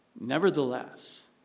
Nevertheless